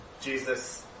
Jesus